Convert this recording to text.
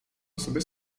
osoby